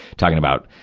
talking about,